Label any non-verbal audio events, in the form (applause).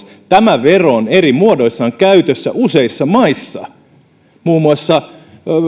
(unintelligible) tämä vero on eri muodoissaan käytössä useissa maissa muun muassa